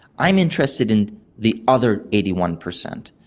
i'm interested in the other eighty one percent,